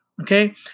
okay